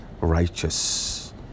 righteous